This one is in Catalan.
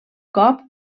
cop